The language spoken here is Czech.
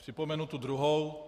Připomenu tu druhou.